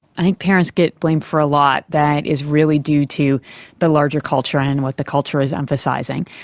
i think parents get blamed for a lot that is really due to the larger culture and what the culture is emphasising.